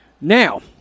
Now